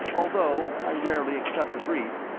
although i rarely accept a brief.